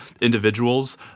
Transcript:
individuals